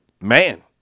man